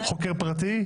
חוקר פרטי?